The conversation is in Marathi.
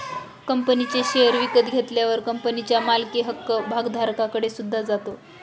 कंपनीचे शेअर विकत घेतल्यावर कंपनीच्या मालकी हक्क भागधारकाकडे सुद्धा जातो